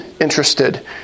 interested